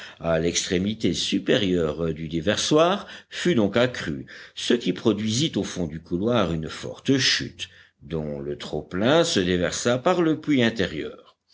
à l'extrémité supérieure du déversoir fut donc accru ce qui produisit au fond du couloir une forte chute dont le trop-plein se déversa par le puits intérieur